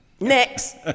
Next